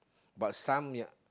but some ya